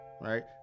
right